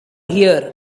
here